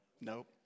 Nope